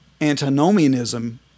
antinomianism